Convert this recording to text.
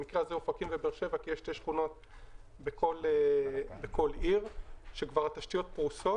במקרה הזה אופקים ובאר-שבע כי יש שתי שכונות בכל עיר שהתשתיות פרוסות